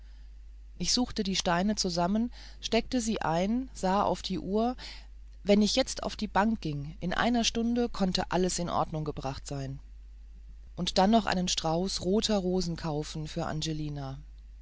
ich suchte die steine zusammen steckte sie ein sah auf die uhr wenn ich jetzt auf die bank ging in einer stunde konnte alles in ordnung gebracht sein und dann noch einen strauß roter rosen kaufen für